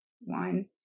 one